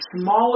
smaller